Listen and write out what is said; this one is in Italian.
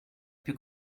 più